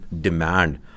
demand